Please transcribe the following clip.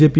JP